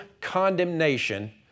condemnation